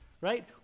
right